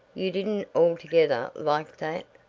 you didn't altogether like that?